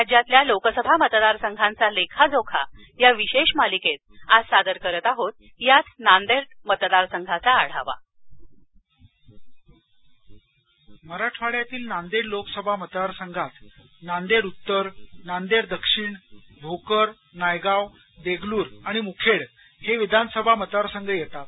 राज्यातल्या लोकसभा मतदार संघांचा लेखाजोखा या विशेष मालिकेत आज सादर करत आहोत याच नांदेड मतदारसंघाचा आढावा मराठवाड्यातील नांदेड लोकसभा मतदार संघात नांदेड उत्तर नांदेड दक्षिण भोकर नायगाव देगलूर आणि मुखेड हे विधानसभा मतदार संघ येतात